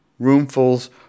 roomfuls